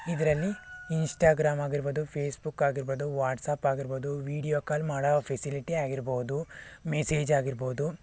ಇದರಲ್ಲಿ ಇನ್ಸ್ಟಾಗ್ರಾಮ್ ಆಗಿರ್ಬೋದು ಫೇಸ್ಬುಕ್ ಆಗಿರ್ಬೋದು ವಾಟ್ಸಾಪ್ ಆಗಿರ್ಬೋದು ವಿಡಿಯೋ ಕಾಲ್ ಮಾಡೋ ಫೆಸಿಲಿಟಿ ಆಗಿರ್ಬೋದು ಮೆಸೇಜ್ ಆಗಿರ್ಬೋದು